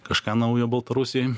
kažką naujo baltarusijoj